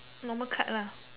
normal card lah